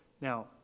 Now